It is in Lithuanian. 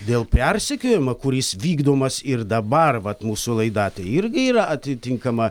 dėl persekiojimo kuris vykdomas ir dabar vat mūsų laida tai irgi yra atitinkama